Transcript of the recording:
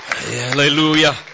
Hallelujah